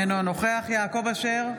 אינו נוכח יעקב אשר,